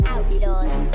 Outlaws